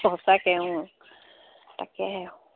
সঁচাকে অ তাকেহে